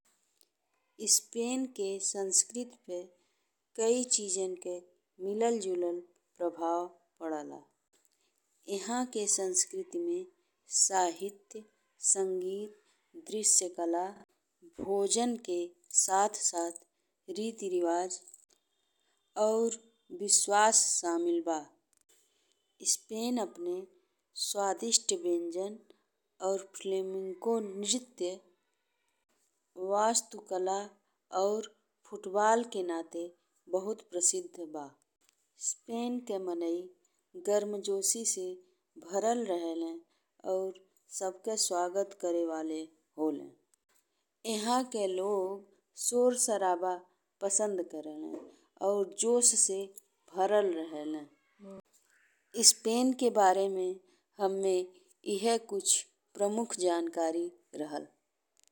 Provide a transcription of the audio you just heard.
Spain के संस्कृति पे कई चीजन के मिलल जुलल प्रभाव पड़े ला। एहाके संस्कृति में साहित्य, संगीत, दृश्यकला, भोजन के साथ साथ रीति रिवाज और विश्वास शामिल बा। स्पेन अपने स्वादिष्ट व्यंजन और फ्लैमिन्को नृत्य, वास्तुकला और फुटबॉल के नाते बहुत प्रसिद्ध बा। स्पेन के मनई गर्मजोशी से भरल रहेले और सबके स्वागत करे वाले होले। एहा के लोग शोर-शराबा पसंद करेले और जोश से भरल रहेले, स्पेन के बारे में हम्मे इहे कुछ प्रमुख जानकारी रहल।